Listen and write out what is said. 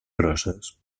crosses